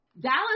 Dallas